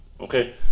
Okay